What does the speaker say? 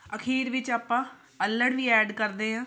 ਅਖੀਰ ਵਿੱਚ ਆਪਾਂ ਅੱਲਣ ਵੀ ਐਡ ਕਰਦੇ ਹਾਂ